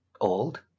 old